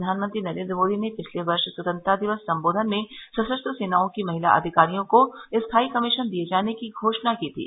प्रधानमंत्री नरेन्द्र मोदी ने पिछले वर्ष स्वतंत्रता दिवस संबोधन में सशस्त्र सेनाओं की महिला अधिकारियों को स्थाई कमीशन दिए जाने की घोषणा की थी